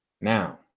Now